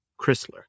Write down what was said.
Chrysler